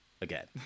again